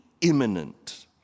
imminent